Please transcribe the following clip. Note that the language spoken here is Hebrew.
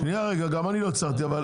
גם אני לא הצלחתי להבין,